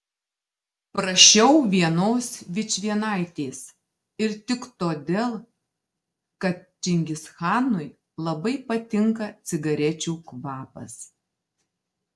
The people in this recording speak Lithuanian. prašiau vienos vičvienaitės ir tik todėl kad čingischanui labai patinka cigarečių kvapas